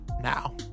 now